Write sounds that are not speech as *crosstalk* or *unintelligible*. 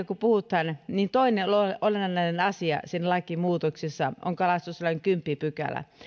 *unintelligible* kun puhutaan toinen olennainen asia siinä lakimuutoksessa on kalastuslain kymmenes pykälä